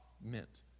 meant